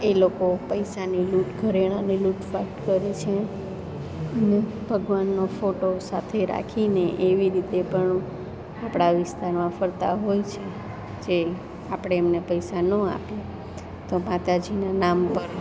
એ લોકો પૈસાની લૂંટ ઘરેણાની લૂંટફાટ કરે છે અને ભગવાનનો ફોટો સાથે રાખીને એવી રીતે પણ આપણા વિસ્તારમાં ફરતા હોય છે જે આપણે એમને પૈસા ન આપીએ તો માતાજીનાં નામ પર